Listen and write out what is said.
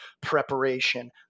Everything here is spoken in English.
preparation